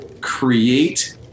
create